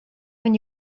when